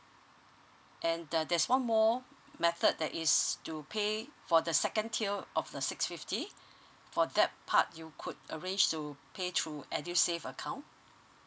and the there's one more method that is to pay for the second tier of the six fifty for that part you could arrange to pay through edusave account